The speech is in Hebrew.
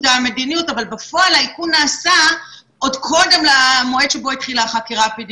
אין באפשרותם לערער על ההחלטה.